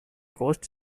ghost